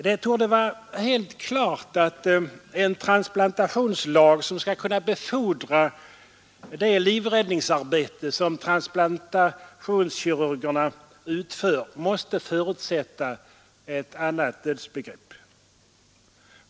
Det torde vara helt klart att en transplantationslag som skall kunna befordra det livräddningsarbete som transplantationskirurgerna utför måste förutsätta ett annat dödsbegrepp.